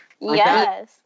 Yes